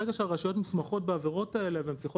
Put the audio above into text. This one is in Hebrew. ברגע שהרשויות מוסמכות בעבירות האלה והן צריכות